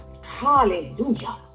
hallelujah